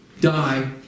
Die